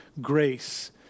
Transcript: Grace